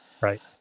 Right